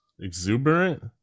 Exuberant